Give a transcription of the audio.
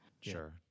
Sure